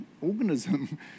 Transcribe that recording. organism